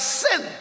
sin